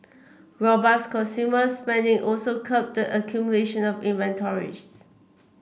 robust consumers spending also curbed the accumulation of inventories